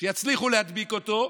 יצליחו להדביק אותו,